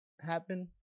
happen